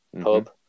Pub